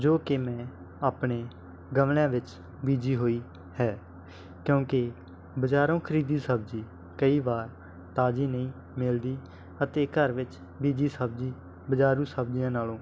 ਜੋ ਕਿ ਮੈਂ ਆਪਣੇ ਗਮਲਿਆਂ ਵਿੱਚ ਬੀਜੀ ਹੋਈ ਹੈ ਕਿਉਂਕਿ ਬਜ਼ਾਰੋਂ ਖਰੀਦੀ ਸਬਜ਼ੀ ਕਈ ਵਾਰ ਤਾਜ਼ੀ ਨਹੀਂ ਮਿਲਦੀ ਅਤੇ ਘਰ ਵਿੱਚ ਬੀਜੀ ਸਬਜ਼ੀ ਬਜ਼ਾਰੂ ਸਬਜ਼ੀਆਂ ਨਾਲੋਂ